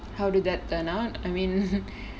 how did that turn out I mean